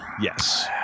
yes